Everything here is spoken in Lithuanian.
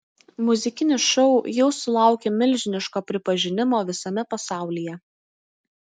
muzikinis šou jau sulaukė milžiniško pripažinimo visame pasaulyje